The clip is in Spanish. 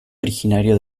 originario